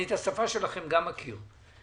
אני את השפה שלכם גם מכיר.